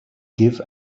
give